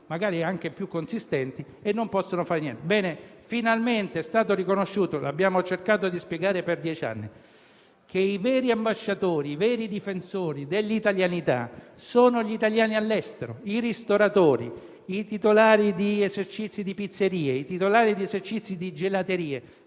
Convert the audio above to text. magari anche più consistenti, e non possono fare niente. Finalmente è stato riconosciuto - abbiamo cercato di spiegarlo per dieci anni - che i veri ambasciatori, i veri difensori dell'italianità sono gli italiani all'estero, i ristoratori, i titolari di esercizi di pizzeria, i titolari di esercizi di gelateria;